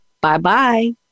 Bye-bye